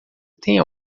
tem